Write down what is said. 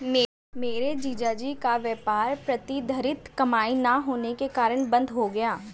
मेरे जीजा जी का व्यापार प्रतिधरित कमाई ना होने के कारण बंद हो गया